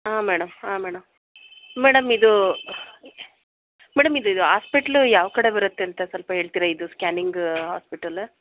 ಹಾಂ ಮೇಡಮ್ ಹಾಂ madam madam ಇದು ಮೇಡಮ್ ಇದು ಇದು ಆಸ್ಪೆಟ್ಲು ಯಾವಕಡೆ ಬರುತ್ತೆ ಅಂತ ಸ್ವಲ್ಪ ಹೇಳ್ತಿರಾ ಇದು ಸ್ಕ್ಯಾನಿಂಗ್ ಆಸ್ಪಿಟಲ್